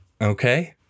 Okay